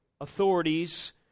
authorities